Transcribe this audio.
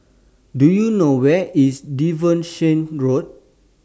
Do YOU know Where IS Devonshire Road